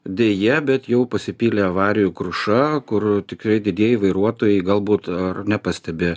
deja bet jau pasipylė avarijų kruša kur tikrai didieji vairuotojai galbūt nepastebi